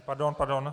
Pardon, pardon.